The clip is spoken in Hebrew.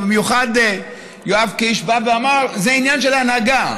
במיוחד יואב קיש בא ואמר: זה עניין של הנהגה.